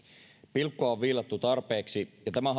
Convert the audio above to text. pilkkua on viilattu tarpeeksi ja tämä